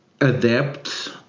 adepts